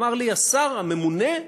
אמר לי השר הממונה,